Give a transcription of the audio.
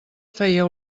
feia